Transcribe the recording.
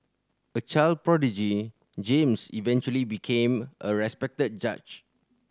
a child prodigy James eventually became a respected judge